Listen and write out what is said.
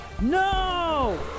No